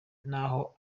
n’aho